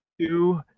Two